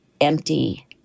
empty